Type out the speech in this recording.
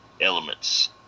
elements